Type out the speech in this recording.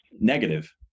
negative